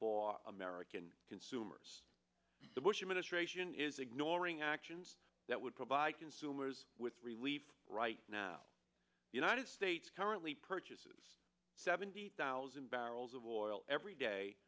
for american consumers the bush administration is ignoring actions that would provide consumers with relief right now united states currently purchases seventy thousand barrels of oil every day